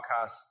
podcast